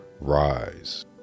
Rise